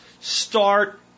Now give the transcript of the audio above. Start